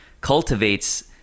cultivates